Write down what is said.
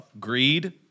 greed